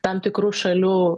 tam tikrų šalių